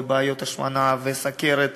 בעיות השמנה וסוכרת,